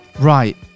right